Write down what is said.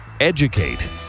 Educate